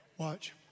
Watch